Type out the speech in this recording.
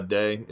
day